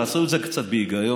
תעשו את זה קצת בהיגיון.